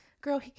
girl